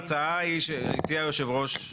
ההצעה שהציע היושב-ראש,